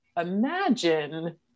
imagine